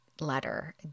letter